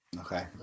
Okay